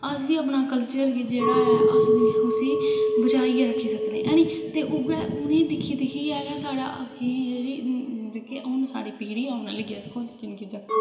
अस बी अपना जेह्ड़ा कल्चर ऐ अस बी उसी बचाइयै रक्खी सक्कने आं हैनी ते उ'ऐ उ'नें ई दिक्खी दिक्खियै गै साढ़े अग्गें जेह्की हून साढ़ी पीढ़ी औने आह्ली ऐ दिक्खो हां निक्के निक्के जागत